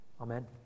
Amen